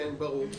כן, ברור.